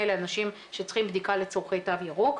לאנשים שצריכים בדיקה לצרכי תו ירוק.